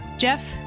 Jeff